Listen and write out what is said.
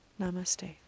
Namaste